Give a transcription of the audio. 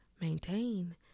maintain